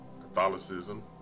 Catholicism